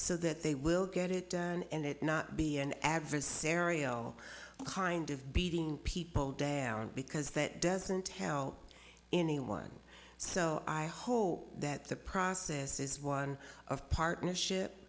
so that they will get it and it not be an adversary aereo kind of beating people down because that doesn't tell anyone so i hope that the process is one of partnership